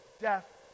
Death